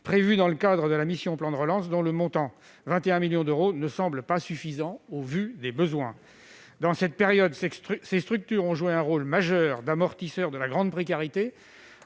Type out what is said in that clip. prévu dans le cadre de la mission « Plan de relance », dont le montant de 21 millions d'euros ne paraît pas suffisant au vu des besoins. Dans cette période, ces structures ont joué un rôle majeur d'amortisseur de la grande précarité